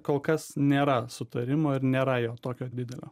kol kas nėra sutarimo ir nėra jo tokio didelio